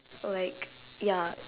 or like ya